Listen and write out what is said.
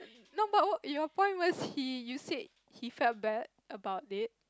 no but wha~ your point was he you said he felt bad about it